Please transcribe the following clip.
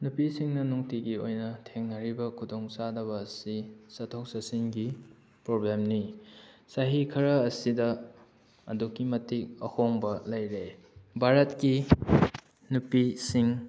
ꯅꯨꯄꯤꯁꯤꯡꯅ ꯅꯨꯡꯇꯤꯒꯤ ꯑꯣꯏꯅ ꯊꯦꯡꯅꯔꯤꯕ ꯈꯨꯗꯣꯡ ꯆꯥꯗꯕ ꯑꯁꯤ ꯆꯠꯊꯣꯛ ꯆꯠꯁꯤꯟꯒꯤ ꯄ꯭ꯔꯣꯕ꯭ꯂꯦꯝꯅꯤ ꯆꯍꯤ ꯈꯔ ꯑꯁꯤꯗ ꯑꯗꯨꯛꯀꯤ ꯃꯇꯤꯛ ꯑꯍꯣꯡꯕ ꯂꯩꯔꯦ ꯚꯥꯔꯠꯀꯤ ꯅꯨꯄꯤꯁꯤꯡ